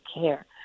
care